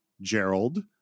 Gerald